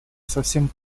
совсем